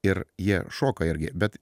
ir jie šoka irgi bet